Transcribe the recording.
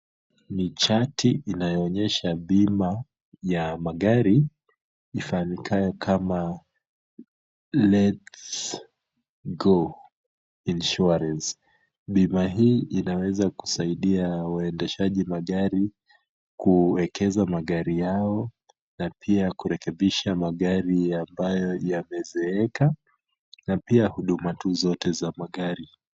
Ni chati inayoonyesha bima ya magari ifahamikayo kama Letsgo insurance , bima hii inaweza kusaidia wendeshaji magari kuwekeza magari yao, na pia kurekebisha magari ambayo yamezeeka na pia huduma tu zote za magari.